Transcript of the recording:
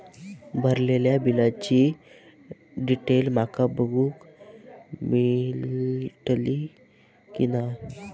भरलेल्या बिलाची डिटेल माका बघूक मेलटली की नाय?